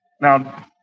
Now